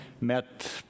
met